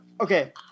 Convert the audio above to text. Okay